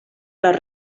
les